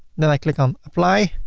then i click on apply